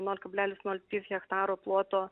nol kablelis nol trys hektaro ploto